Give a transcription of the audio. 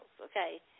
okay